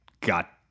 got